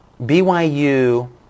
BYU